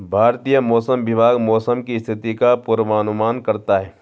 भारतीय मौसम विभाग मौसम की स्थिति का पूर्वानुमान करता है